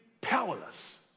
powerless